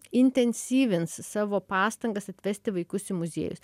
intensyvins savo pastangas atvesti vaikus į muziejus